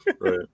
Right